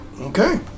Okay